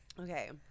okay